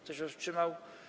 Kto się wstrzymał?